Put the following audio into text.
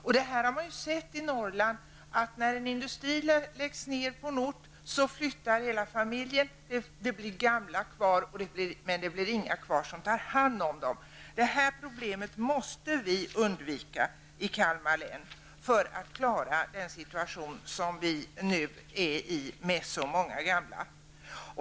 I Norrland har man sett att när en industri läggs ned på en ort flyttar hela familjen. Det blir då gamla kvar, men det blir ingen kvar som tar hand om dem. Vi måste undvika detta problem i Kalmar län om vi skall kunna klara den situation vi nu befinner oss i med så många gamla.